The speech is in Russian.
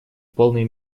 полной